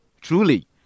truly